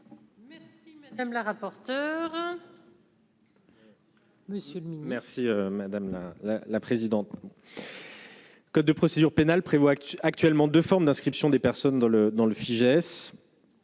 Merci madame la rapporteure. Monsieur merci madame la la la présidente. Code de procédure pénale prévoit qu'actuellement de formes d'inscription des personnes dans le dans